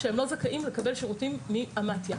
שהם לא זכאים לקבל שירותים מהמתי"א.